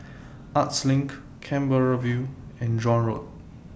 Arts LINK Canberra View and John Road